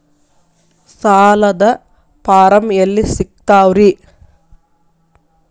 ಸಾಲದ ಫಾರಂ ಎಲ್ಲಿ ಸಿಕ್ತಾವ್ರಿ?